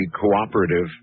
cooperative